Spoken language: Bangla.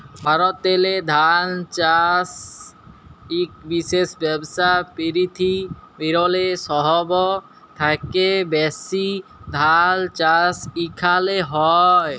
ভারতেল্লে ধাল চাষ ইক বিশেষ ব্যবসা, পিরথিবিরলে সহব থ্যাকে ব্যাশি ধাল চাষ ইখালে হয়